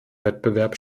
wettbewerb